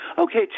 Okay